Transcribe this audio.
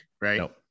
right